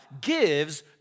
gives